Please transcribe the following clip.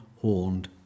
horned